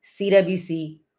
CWC